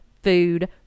Food